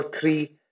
three